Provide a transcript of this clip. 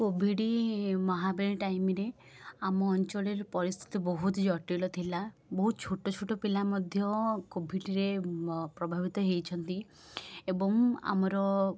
Covid ମହାବେଳ ଟାଇମ୍ରେ ଆମ ଅଞ୍ଚଳରେ ପରିସ୍ଥିତି ବହୁତ ଜଟିଳ ଥିଲା ବହୁତ ଛୋଟଛୋଟ ପିଲା ମଧ୍ୟ କୋଭିଡ଼୍ରେ ପ୍ରଭାବିତ ହେଇଛନ୍ତି ଏବଂ ଆମର